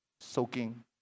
soaking